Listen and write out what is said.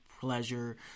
pleasure